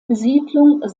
besiedlung